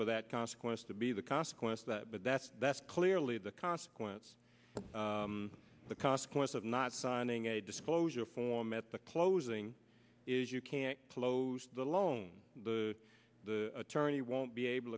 for that consequence to be the consequence that but that's that's clearly the consequence of the consequence of not signing a disclosure form at the closing is you can't close the loan the attorney won't be able